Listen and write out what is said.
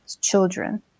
children